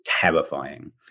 terrifying